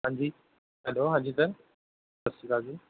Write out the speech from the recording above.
ਹਾਂਜੀ ਹੈਲੋ ਹਾਂਜੀ ਸਰ ਸਤਿ ਸ਼੍ਰੀ ਅਕਾਲ ਜੀ